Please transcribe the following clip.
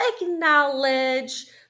acknowledge